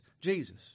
Jesus